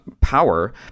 power